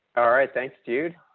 all right. thanks, dude.